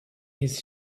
his